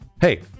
Hey